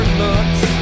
looks